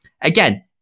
again